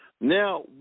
Now